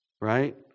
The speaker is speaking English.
Right